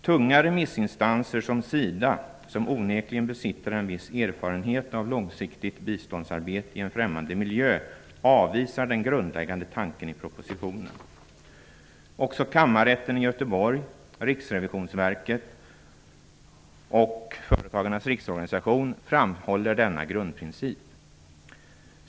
Tunga remissinstanser som SIDA, som onekligen besitter en viss erfarenhet av långsiktigt biståndsarbete i en främmande miljö, avvisar den grundläggande tanken i propositionen. Också Kammarrätten i Göteborg, Riksrevisionsverket och Företagarnas riksorganisation framhåller denna grundprincip.